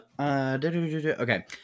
okay